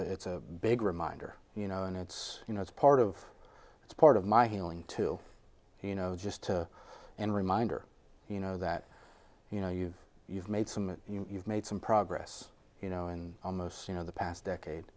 a it's a big reminder you know and it's you know it's part of it's part of my healing to you know just to and reminder you know that you know you've you've made some you've made some progress you know and almost you know the past